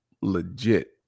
legit